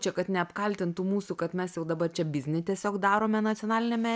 čia kad neapkaltintų mūsų kad mes jau dabar čia biznį tiesiog darome nacionaliniame